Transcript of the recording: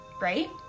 right